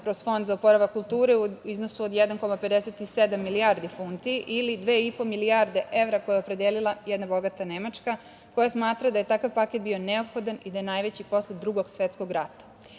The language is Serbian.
kroz fond za oporavak kulture u iznosu od 1,57 milijardi funti ili 2,5 milijarde evra koje je opredelila jedna bogata Nemačka, koja smatra da je takav paket bio neophodan i da je najveći posle Drugog svetskog rata. Ono